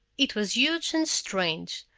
it was huge and strange,